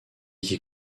qui